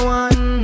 one